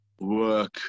work